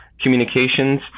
communications